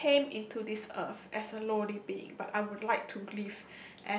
I came into this earth as a lonely being but I would like to believe